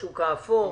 השוק האפור.